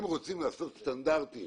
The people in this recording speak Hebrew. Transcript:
אם רוצים לקבוע סטנדרטים